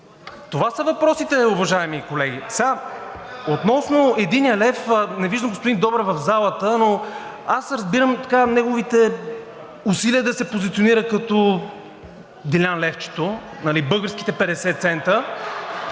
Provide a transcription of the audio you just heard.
Това са въпросите, уважаеми колеги. Относно единия лев – не виждам господин Добрев в залата, но аз разбирам неговите усилия да се позиционира като „Делян левчето“, българските 50 цента.